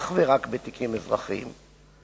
אך ורק בתיקים אזרחיים,